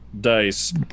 dice